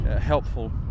helpful